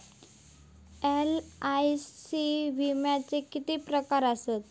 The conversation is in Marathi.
एल.आय.सी विम्याचे किती प्रकार आसत?